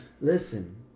listen